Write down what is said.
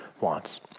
wants